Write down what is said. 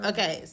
Okay